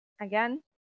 again